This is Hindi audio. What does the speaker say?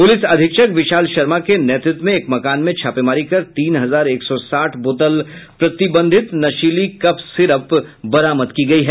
पुलिस अधीक्षक विशाल शर्मा के नेतृत्व में मकान में छापेमारी कर तीन हजार एक सौ साठ बोतल प्रतिबंधित नशीली कप सिरप बरामद की गयी है